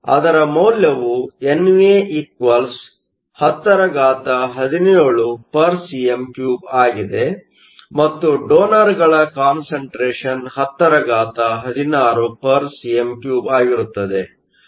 ಅದರ ಮೌಲ್ಯವು NA1017cm 3 ಆಗಿದೆ ಮತ್ತು ಡೋನರ್ಗಳ ಕಾನ್ಸಂಟ್ರೇಷನ್1016 cm 3 ಆಗಿರುತ್ತದೆ